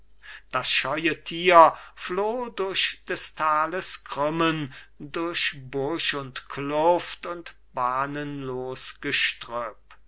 das scheue thier floh durch des thales krümmen durch busch und kluft und bahnenlos gestrüpp